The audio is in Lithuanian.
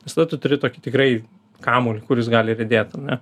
visada tu turi tokį tikrai kamuolį kuris gali riedėt ar ne